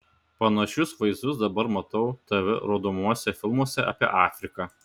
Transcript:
panašius vaizdus dabar matau tv rodomuose filmuose apie afriką